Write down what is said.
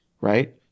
right